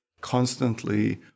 constantly